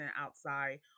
outside